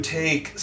take